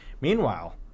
meanwhile